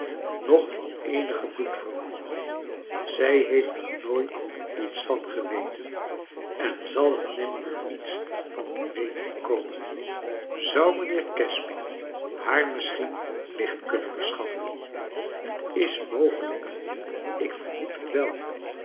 noch van eenigen bloedverwant zij heeft er nooit iets van geweten en zal er nimmer iets van te weten komen zou mijnheer casby haar misschien licht kunnen verschaffen t is mogelijk ik vermoed het wel